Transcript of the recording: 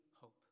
hope